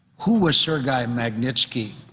who was sergei magnitski,